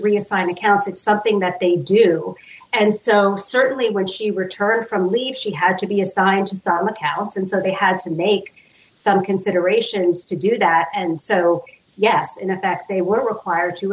reassign accounts it's something that they do and so certainly when she returned from leave she had to be assigned to some accounts and so they had to make some considerations to do that and so yes in effect they were required to